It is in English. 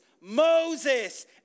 Moses